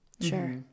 Sure